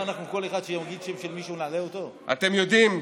אתם יודעים,